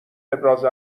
ابراز